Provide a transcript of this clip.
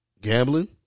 Gambling